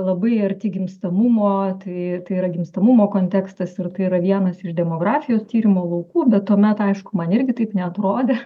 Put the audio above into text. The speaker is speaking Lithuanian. labai arti gimstamumo atvej tai yra gimstamumo kontekstas ir tai yra vienas iš demografijos tyrimo laukų bet tuomet aišku man irgi taip neatrodė